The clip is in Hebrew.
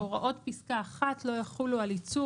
"(6)הוראות פסקה (1) לא יחולו על ייצור